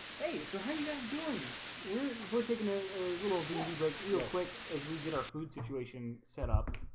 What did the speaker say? hey, so how you guys doing we're we're taking a little dd break real quick as we get our food situation set up